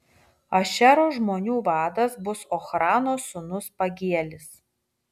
ašero žmonių vadas bus ochrano sūnus pagielis